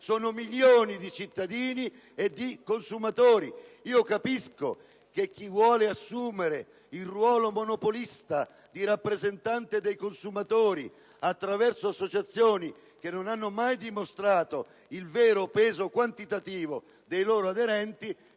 di milioni di cittadini e di consumatori. Capisco che chi vuole assumere da monopolista il ruolo di rappresentante dei consumatori attraverso associazioni che non hanno mai dimostrato il vero peso quantitativo dei loro aderenti